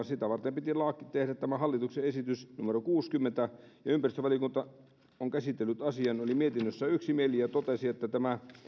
sitä varten piti tehdä tämä hallituksen esitys numero kuusikymmentä ympäristövaliokunta on käsitellyt asian oli mietinnössään yksimielinen ja totesi että tämä